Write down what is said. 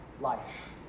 life